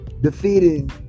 defeating